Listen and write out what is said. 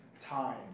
time